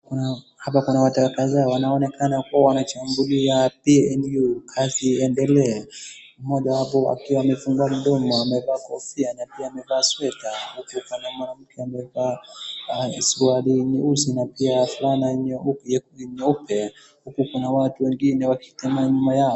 Hapa kuna watangaza wanaonekana kuwa wanashambulia PNU, kazi iendelee. Mmoja wapo akiwa amefungua mdomo, amevaa kofia na pia amevaa sweater . Huku upande mwanamke amevaa, swali nyeusi na pia fulana nyeupe. Huku kuna watu wengine wakikaa nyuma yao.